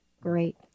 great